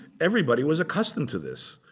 everybody was accustomed to this.